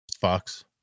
Fox